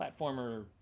platformer